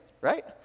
right